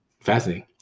Fascinating